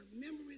memories